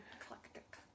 Eclectic